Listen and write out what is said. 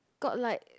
got like